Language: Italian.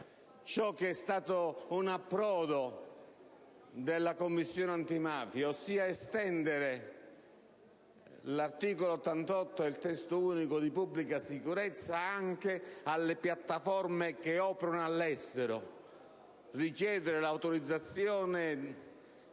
ciò che è stato un punto di approdo della Commissione antimafia, ossia estendere l'articolo 88 del Testo unico delle leggi di pubblica sicurezza anche alle piattaforme che operano all'estero, richiedendo quindi l'autorizzazione